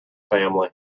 family